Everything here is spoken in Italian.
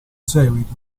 seguito